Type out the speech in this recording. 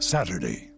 Saturday